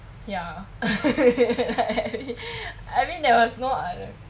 ya I mean there was no other